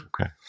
Okay